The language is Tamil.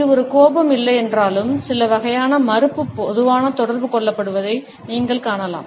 இது ஒரு கோபம் இல்லையென்றாலும் சில வகையான மறுப்பு என்பதை நீங்கள் காணலாம்